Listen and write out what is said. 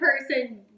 person